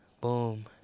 Boom